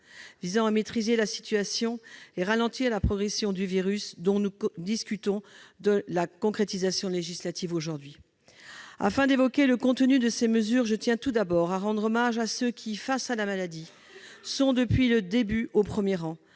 visant à maîtriser la situation et à ralentir la progression du virus. Nous discutons aujourd'hui de leur concrétisation législative. Avant d'évoquer le contenu de ces mesures, je tiens à rendre hommage à ceux qui, face à la maladie, sont depuis le début au premier rang.